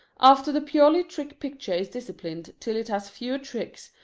after the purely trick-picture is disciplined till it has fewer tricks,